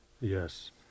Yes